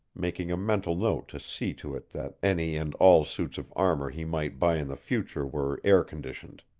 making a mental note to see to it that any and all suits of armor he might buy in the future were air-conditioned.